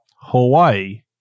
Hawaii